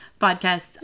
podcasts